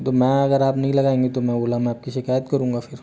तो मैं अगर आप नहीं लगाएंगे तो मैं ओला में आपकी शिकायत करूंगा फिर